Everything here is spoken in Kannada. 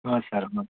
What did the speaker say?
ಹ್ಞೂ ಸರ್ ಅದು